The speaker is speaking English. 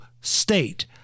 state